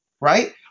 right